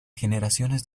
generaciones